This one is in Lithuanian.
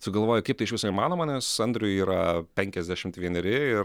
sugalvojo kaip tai iš viso yra įmanoma nes andriui yra penkiasdešimt vieneri ir